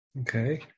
Okay